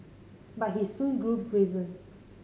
but he soon grew brazen